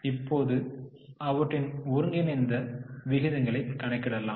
இப்போது அவற்றின் ஒருங்கிணைந்த விகிதங்களை கணக்கிடலாம்